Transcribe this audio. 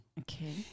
Okay